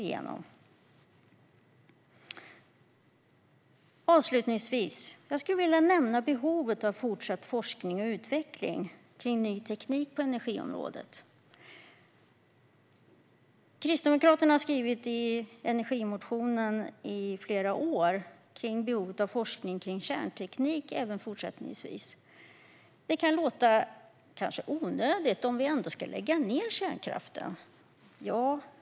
Jag skulle avslutningsvis vilja nämna behovet av fortsatt forskning och utveckling kring ny teknik på energiområdet. Kristdemokraterna har skrivit i energimotionen i flera år om behovet av forskning kring kärnteknik även fortsättningsvis. Det kanske kan låta onödigt om vi ändå ska lägga ned kärnkraften.